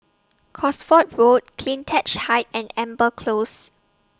Cosford Road CleanTech Height and Amber Close